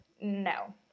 No